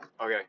okay